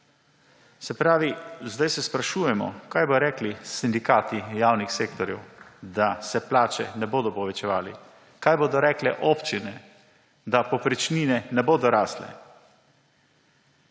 Se pravi, zdaj se sprašujemo, kaj bodo rekli sindikati javnih sektorjev, da se plače ne bodo povečevale. Kaj bodo rekle občine, da povprečnine ne bodo rasle?